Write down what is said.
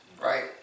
right